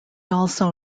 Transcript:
also